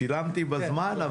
שילמתי בזמן,